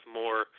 more